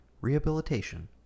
Rehabilitation